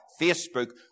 Facebook